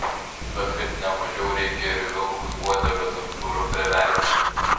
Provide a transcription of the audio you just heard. bet kad ne mažiau reikia ir vilkui uodegą tarp durų priverti